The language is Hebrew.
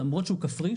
שלמרות שהוא כפרי,